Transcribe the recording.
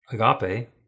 Agape